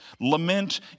Lament